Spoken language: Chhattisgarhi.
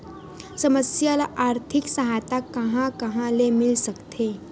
समस्या ल आर्थिक सहायता कहां कहा ले मिल सकथे?